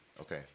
Okay